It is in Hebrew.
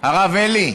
הרב אלי,